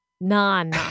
None